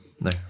no